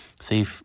see